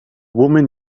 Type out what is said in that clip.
woman